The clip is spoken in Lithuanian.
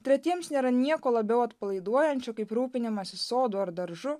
tretiems nėra nieko labiau atpalaiduojančio kaip rūpinimasis sodu ar daržu